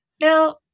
now